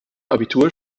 abitur